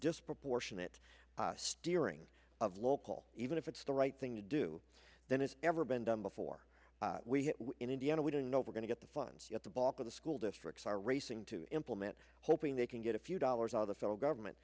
disproportionate steering of local even if it's the right thing to do than it's ever been done before in indiana we don't know if we're going to get the funds yet the bulk of the school districts are racing to implement hoping they can get a few dollars out of the federal government